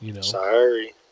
Sorry